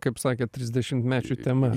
kaip sakėt trisdešimtmečių tema